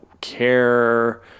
care